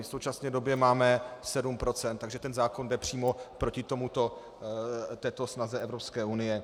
V současné době máme sedm procent, takže zákon jde přímo proti této snaze Evropské unie.